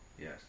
Yes